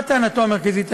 מה הייתה טענתו המרכזית?